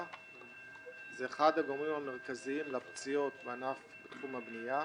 שזה אחד הגורמים המרכזיים לפציעות בענף הבנייה.